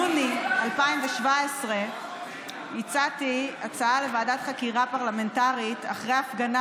שביוני 2017 הצעתי הצעה לוועדת חקירה פרלמנטרית אחרי הפגנה